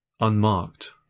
Unmarked